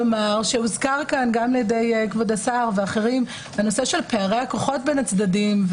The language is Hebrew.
הוזכר גם על ידי כבוד השר ואחרים הנושא של פערי הכוחות בין הצדדים.